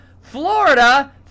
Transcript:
Florida